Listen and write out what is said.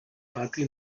pati